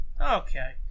Okay